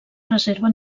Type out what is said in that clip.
reserva